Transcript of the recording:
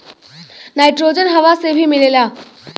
nitrogen हवा से भी मिलेला